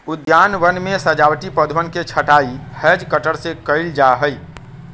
उद्यानवन में सजावटी पौधवन के छँटाई हैज कटर से कइल जाहई